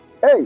Hey